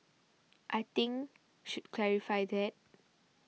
I think should clarify that